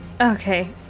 okay